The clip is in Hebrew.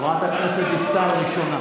חברת הכנסת דיסטל,